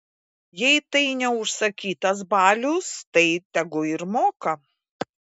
jei tai ne užsakytas balius tai tegu ir moka